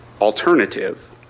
alternative